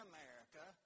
America